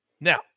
Now